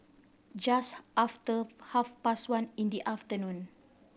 just after half past one in the afternoon